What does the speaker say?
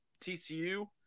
TCU